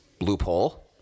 loophole